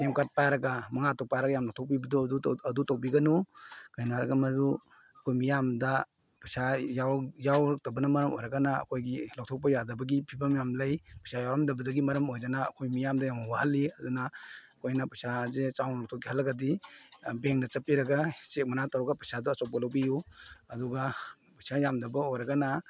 ꯑꯦ T M ꯀꯥꯔꯗ ꯄꯥꯏꯔꯒ ꯃꯉꯥ ꯇꯔꯨ ꯄꯥꯏꯔꯒ ꯌꯥꯝ ꯂꯧꯊꯣꯛꯄꯤꯕꯗꯣ ꯑꯗꯨ ꯇꯧꯕꯤꯒꯅꯨ ꯀꯩꯅꯣ ꯍꯥꯏꯔꯒ ꯃꯗꯨ ꯑꯩꯈꯣꯏ ꯃꯤꯌꯥꯝꯗ ꯄꯩꯁꯥ ꯌꯥꯎꯔꯛꯇꯕꯅ ꯃꯔꯝ ꯑꯣꯏꯔꯒꯅ ꯑꯩꯈꯣꯏꯒꯤ ꯂꯧꯊꯣꯛꯄ ꯌꯥꯗꯕꯒꯤ ꯐꯤꯕꯝ ꯌꯥꯝ ꯂꯩ ꯄꯩꯁꯥ ꯌꯥꯎꯔꯝꯗꯕꯗꯒꯤ ꯃꯔꯝ ꯑꯣꯏꯗꯅ ꯑꯩꯈꯣꯏ ꯃꯤꯌꯥꯝꯗ ꯌꯥꯝ ꯋꯥꯍꯜꯂꯤ ꯑꯗꯨꯅ ꯑꯩꯈꯣꯏꯅ ꯄꯩꯁꯥꯁꯦ ꯆꯥꯎꯅ ꯂꯧꯊꯣꯛꯀꯦ ꯈꯜꯂꯒꯗꯤ ꯕꯦꯡꯗ ꯆꯠꯄꯤꯔꯒ ꯆꯦꯛ ꯃꯅꯥ ꯇꯧꯔꯒ ꯄꯩꯁꯥꯗꯣ ꯑꯆꯧꯕ ꯂꯧꯕꯤꯎ ꯑꯗꯨꯒ ꯄꯩꯁꯥ ꯌꯥꯝꯗꯕ ꯑꯣꯏꯔꯒꯅ